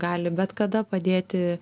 gali bet kada padėti